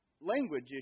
language